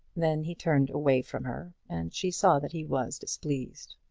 then he turned away from her, and she saw that he was displeased.